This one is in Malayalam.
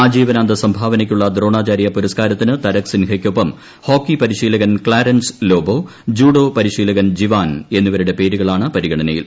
ആജീവനാന്ത സംഭാവനക്കുള്ള ദ്രോണ്ടുചാര്യ പുരസ്കാരത്തിന് തരക് സിൻഹയ്ക്കൊപ്പം ഹോക്കി പരിശ്രീലക്ൻ ക്ലാരൻസ് ലോബോ ജൂഡോ പരിശീലകൻ ജിപ്പാൻ എന്നിവരുടെ പേരുകളാണ് പരിഗണനയിൽ